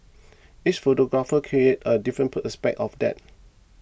each photographer created a different per aspect of that